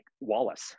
Wallace